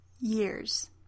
years